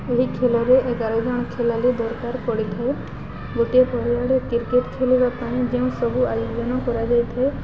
ଏହି ଖେଳରେ ଏଗାର ଜଣ ଖେଳାଳୀ ଦରକାର ପଡ଼ିଥାଏ ଗୋଟିଏ ଦଳରେ କ୍ରିକେଟ୍ ଖେଳିବା ପାଇଁ ଯେଉଁ ସବୁ ଆୟୋଜନ କରାଯାଇଥାଏ